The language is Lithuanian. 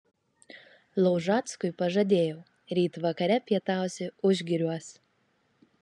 laužackui pažadėjau ryt vakare pietausi užgiriuos